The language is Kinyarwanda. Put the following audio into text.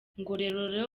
ngororero